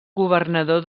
governador